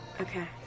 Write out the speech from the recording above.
Okay